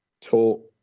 talk